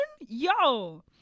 yo